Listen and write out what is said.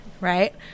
right